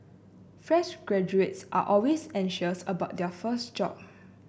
fresh graduates are always anxious about their first job